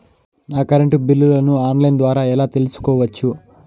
నా కరెంటు బిల్లులను online ద్వారా ఎలా తెలుసుకోవచ్చు?